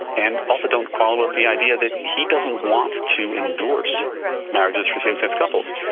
and also don't quarrel with the idea that he doesn't want to endorse marriages for same-sex couples.